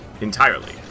entirely